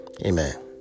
amen